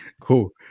Cool